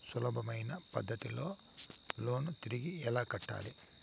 సులభమైన పద్ధతిలో లోను తిరిగి ఎలా కట్టాలి